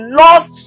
lost